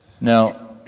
Now